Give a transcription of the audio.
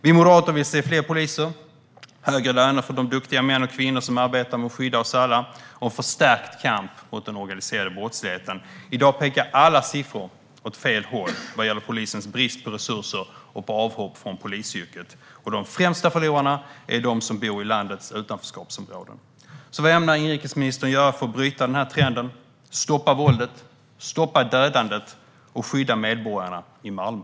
Vi moderater vill se fler poliser, högre löner för de duktiga män och kvinnor som arbetar med att skydda oss alla samt förstärkt kamp mot den organiserade brottsligheten. I dag pekar alla siffror åt fel håll vad gäller polisens brist på resurser och avhopp från polisyrket. De främsta förlorarna är de som bor i landets utanförskapsområden. Vad ämnar inrikesministern göra för att bryta denna trend och för att stoppa våldet, stoppa dödandet och skydda medborgarna i Malmö?